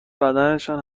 بدنشان